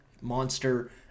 monster